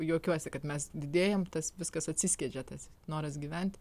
juokiuosi kad mes didėjam tas viskas atsiskiedžia tas noras gyvent